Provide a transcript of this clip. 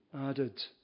added